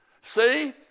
See